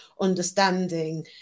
understanding